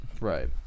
right